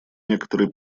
некоторый